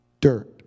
dirt